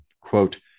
quote